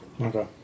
Okay